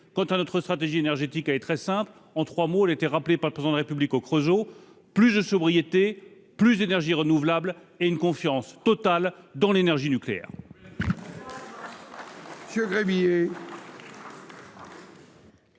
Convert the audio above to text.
Quant à notre stratégie énergétique, elle est très simple. En trois mots, ainsi qu'elle a été rappelée par le Président de République au Creusot : plus de sobriété, plus d'énergies renouvelables et une confiance totale dans l'énergie nucléaire.